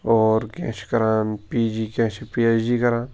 اور کیٚنٛہہ چھِ کران پی جی کیٚنٛہہ چھِ پی ایٚج ڈی کران